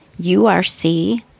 URC